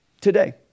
today